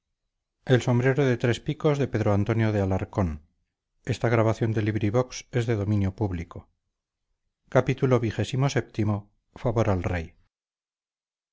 él es gritó el alcalde favor al rey